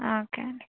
okay అండి